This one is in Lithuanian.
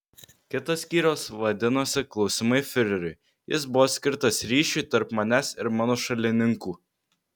kitas skyrius vadinosi klausimai fiureriui jis buvo skirtas ryšiui tarp manęs ir mano šalininkų